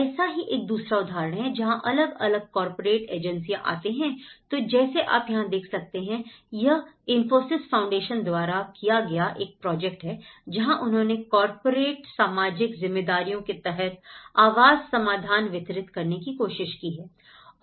ऐसा ही एक दूसरा उदाहरण है जहां अलग अलग कॉर्पोरेट एजेंसियां आते हैं तो जैसे आप यहां देख सकते हैं यह इंफोसिस फाउंडेशन द्वारा किया गया एक प्रोजेक्ट है जहां उन्होंने कॉर्पोरेट सामाजिक जिम्मेदारियों के तहत आवास समाधान वितरित करने की कोशिश की है